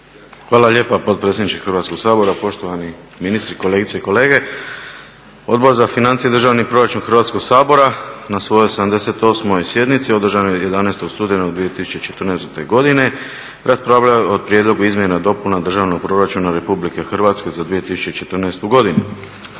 Hvala lijepa potpredsjedniče Hrvatskog sabora, poštovani ministri, kolegice i kolege. Odbor za financije i državni proračun Hrvatskog sabora na svojoj 78. sjednici održanoj 11. studenog 2014. godine raspravljao je o prijedlogu izmjena i dopuna državnog proračuna Republike Hrvatske za 2014. godinu.